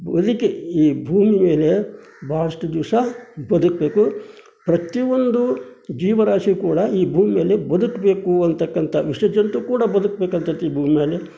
ಬದುಕಿ ಈ ಭೂಮಿ ಮೇಲೆ ಭಾಳಷ್ಟು ದಿವಸ ಬದುಕಬೇಕು ಪ್ರತಿ ಒಂದು ಜೀವರಾಶಿ ಕೂಡ ಈ ಭೂಮಿಯಲ್ಲಿ ಬದುಕಬೇಕು ಅಂಥಕ್ಕಂಥ ವಿಷಜಂತು ಕೂಡ ಬದುಕಬೇಕು ಅಂತದೆ ಈ ಭೂಮಿ ಮೇಲೆ